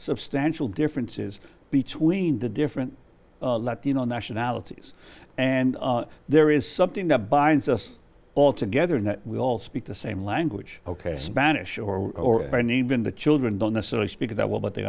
substantial differences between the different latino nationalities and there is something that binds us all together and we all speak the same language ok spanish or by name when the children don't necessarily speak that well but they